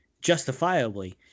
justifiably